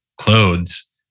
clothes